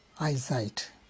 eyesight